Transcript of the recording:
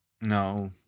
No